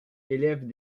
élèvent